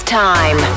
time